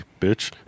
bitch